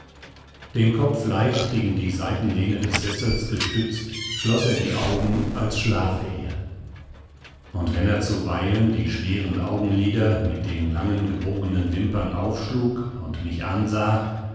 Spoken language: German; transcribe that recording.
den kopf leicht gegen die seitenlehne des sessels gestützt schloß er die augen als schlafe er und wenn er zuweilen die schweren augenlider mit den langen gebogenen wimpern aufschlug und mich ansah